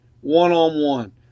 one-on-one